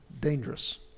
dangerous